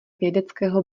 vědeckého